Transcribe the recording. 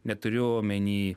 neturiu omeny